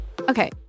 Okay